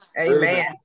Amen